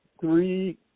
three